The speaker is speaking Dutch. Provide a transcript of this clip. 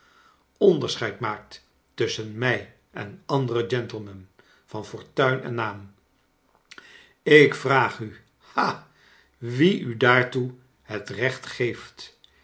onderscheid maakt tusschen mij en andere gentlemen van fortuin en naam ik vraag u ha wie u daartoe het recht geeft